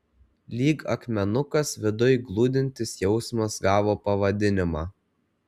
lyg akmenukas viduj glūdintis jausmas gavo pavadinimą